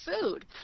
food